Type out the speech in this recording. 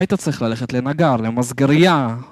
היית צריך ללכת לנגר, למסגרייה!